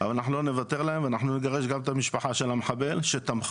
אבל אנחנו לא נוותר להם ונגרש גם את המשפחה של המחבל שתמכה,